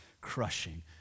crushing